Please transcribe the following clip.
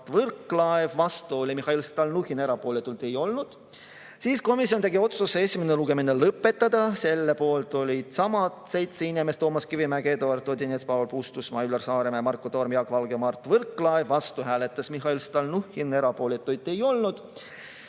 Võrklaev, vastu oli Mihhail Stalnuhhin ja erapooletuid ei olnud. Siis komisjon tegi otsuse esimene lugemine lõpetada. Selle poolt olid samad seitse inimest: Toomas Kivimägi, Eduard Odinets, Paul Puustusmaa, Üllar Saaremäe, Marko Torm, Jaak Valge ja Mart Võrklaev, vastu hääletas Mihhail Stalnuhhin ja erapooletuid ei olnud.